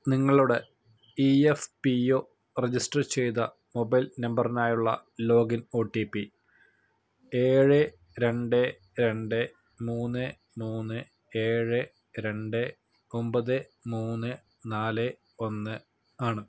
നിങ്ങളുടെ E F P O register ചെയ്ത mobile നമ്പറിനായുള്ള ലോഗിൻ ഒ ടി പി ഏഴ് രണ്ട് രണ്ട് മൂന്ന് മൂന്ന് ഏഴ് രണ്ടേ ഒൻപതേ മൂന്ന് നാല് ഒന്ന് ആണ്